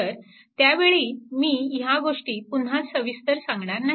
तर त्यावेळी मी ह्या गोष्टी पुन्हा सविस्तर सांगणार नाही